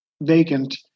vacant